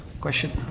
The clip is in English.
Question